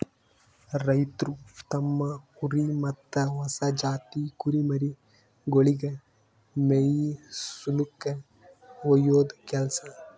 ರೈತ್ರು ತಮ್ಮ್ ಕುರಿ ಮತ್ತ್ ಹೊಸ ಜಾತಿ ಕುರಿಮರಿಗೊಳಿಗ್ ಮೇಯಿಸುಲ್ಕ ಒಯ್ಯದು ಕೆಲಸ